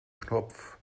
kopf